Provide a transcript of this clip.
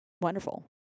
wonderful